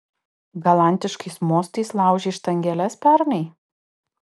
galantiškais mostais laužei štangeles pernai